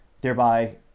thereby